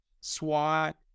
SWAT